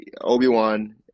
Obi-Wan